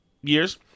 years